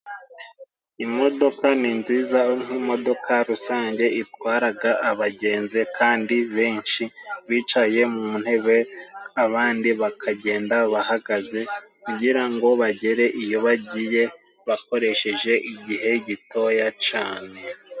Imodoka ni nziza nk'imodoka rusange itwaraga abagenzi kandi benshi bicaye mu ntebe abandi bakagenda bahagaze kugira ngo bagere iyo bagiye bakoresheje igihe gitoya cane.